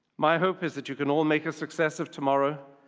my hope is that you can all make a success of tomorrow,